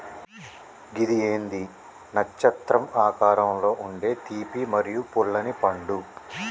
గిది ఏంది నచ్చత్రం ఆకారంలో ఉండే తీపి మరియు పుల్లనిపండు